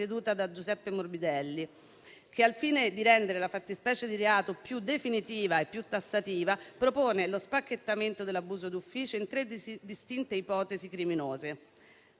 presieduta da Giuseppe Morbidelli che, al fine di rendere la fattispecie di reato più definitiva e più tassativa, propone lo spacchettamento dell'abuso d'ufficio in tre distinte ipotesi criminose: